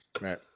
Right